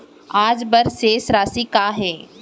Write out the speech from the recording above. आज बर शेष राशि का हे?